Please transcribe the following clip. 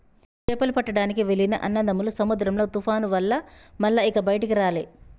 చేపలు పట్టడానికి వెళ్లిన అన్నదమ్ములు సముద్రంలో తుఫాను వల్ల మల్ల ఇక బయటికి రాలే